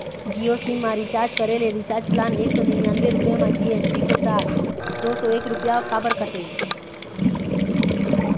Jio sim मा recharge करे ले रिचार्ज प्लान एक सौ निन्यानबे रुपए मा जी.एस.टी के साथ दो सौ एक रुपया काबर कटेल?